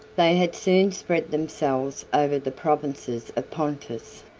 they had soon spread themselves over the provinces of pontus,